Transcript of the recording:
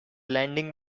landing